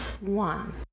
one